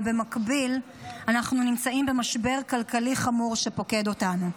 ובמקביל אנחנו נמצאים במשבר כלכלי חמור שפוקד אותנו.